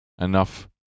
Enough